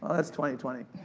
that's twenty twenty.